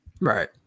right